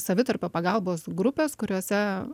savitarpio pagalbos grupės kuriose